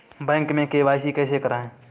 Bank में KYC कैसे करायें?